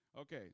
Okay